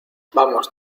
vamos